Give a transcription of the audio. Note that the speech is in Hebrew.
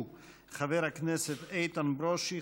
חבר הכנסת איתן ברושי,